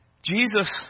Jesus